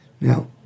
Now